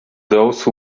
those